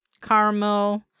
caramel